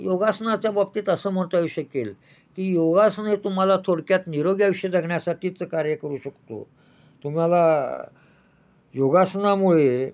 योगासनाच्या बाबतीत असं म्हणता येऊ शकेल की योगासनं हे तुम्हाला थोडक्यात निरोगी आयुष्य जगण्यासाठीचं कार्य करू शकतो तुम्हाला योगासनामुळे